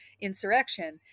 insurrection